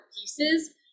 pieces